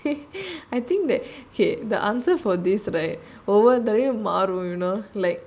I think that okay the answer for this right ஒவ்வொருதடவயும்மாறும்தான்:ovvoru thadavaum marumthan you know like